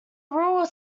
rural